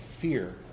fear